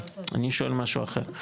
אני שואל משהו אחר,